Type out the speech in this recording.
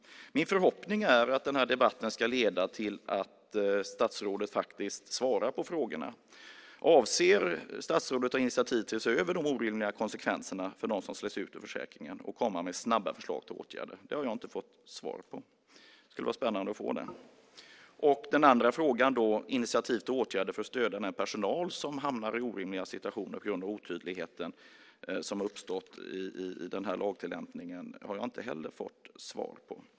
Min förhoppning är att den här debatten ska leda till att statsrådet faktiskt svarar på frågorna. Avser statsrådet att ta initiativ till att se över de orimliga konsekvenserna för dem som slås ut ur försäkringen och komma med snabba förslag till åtgärder? Det har jag inte fått svar på. Det skulle vara spännande att få det. Min andra fråga, om initiativ till åtgärder för att stödja den personal som hamnar i orimliga situationer på grund av den otydlighet i lagtillämpningen som har uppstått, har jag inte heller fått svar på.